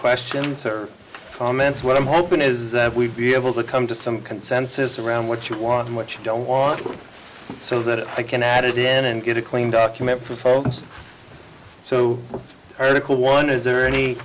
questions or comments what i'm hoping is that we'd be able to come to some consensus around what you want and what you don't want so that i can add it in and get a clean document for folks so early one is there any